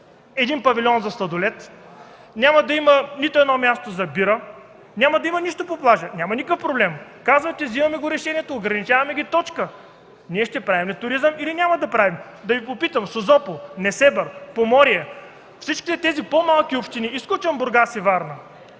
един павилион за сладолед, няма да има нито едно място за бира, няма да има нищо по плажа. Няма никакъв проблем! Казвате, вземаме решението, ограничаваме ги и точка. Ще правим ли туризъм или няма да правим? Да Ви попитам за Созопол, Несебър, Поморие, всичките тези по-малки общини, изключвам Бургас и Варна,